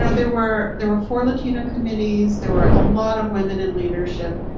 ah there were there were four latino committees. there were a lot of women in leadership.